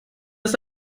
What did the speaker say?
ist